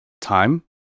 time